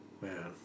Man